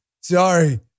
Sorry